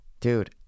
Dude